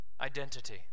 identity